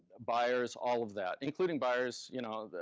buyers, all of that, including buyers. you know